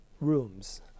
rooms